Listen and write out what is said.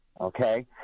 okay